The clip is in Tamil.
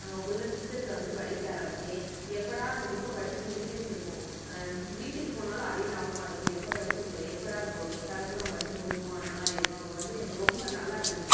அங்கே உள்ளே சிஸ்டத்தில் வந்து படிக்க ஆரமித்தேன் எப்போடா அந்த புக்கை படித்து முடிப்பேன்ருக்கும் வீட்டுக்கு போனாலும் அதே ஞாபகமாக இருக்கும் எப்போ படித்து எப்போடா இந்த பு கதை பூரா படித்து முடிப்போம் அந்தமாதிரி இருக்கும் அப்போ வந்து என்ன ரொம்ப நல்லாயிருந்துச்சி